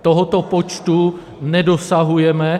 Tohoto počtu nedosahujeme.